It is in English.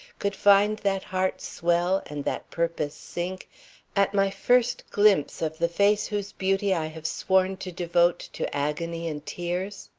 could find that heart swell and that purpose sink at my first glimpse of the face whose beauty i have sworn to devote to agony and tears?